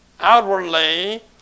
Outwardly